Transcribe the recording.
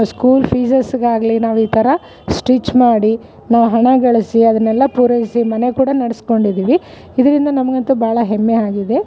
school ಫೀಸಸ್ಗಾಗಲಿ ನಾವೀಥರ stitch ಮಾಡಿ ನಾವು ಹಣಗಳಿಸಿ ಅದನೆಲ್ಲ ಪೂರೈಸಿ ಮನೆ ಕೂಡ ನೆಡೆಸ್ಕೊಂಡಿದೀವಿ ಇದರಿಂದ ನಮಗಂತು ಭಾಳ ಹೆಮ್ಮೆಯಾಗಿದೆ